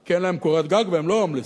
כי אין להם קורת גג, והם לא הומלסים.